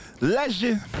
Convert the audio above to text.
Legend